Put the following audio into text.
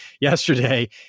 yesterday